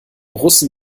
russen